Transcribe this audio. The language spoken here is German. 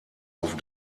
auf